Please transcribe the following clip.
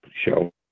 Show